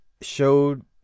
showed